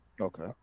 okay